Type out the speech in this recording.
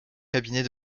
cabinets